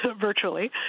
virtually